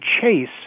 chase